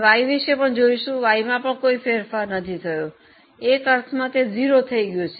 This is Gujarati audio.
Y વિશે જોઈશું Y માં પણ કોઈ ફેરફાર થયો નથી એક અર્થમાં તે 0 થઈ ગયું છે